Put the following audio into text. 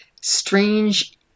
strange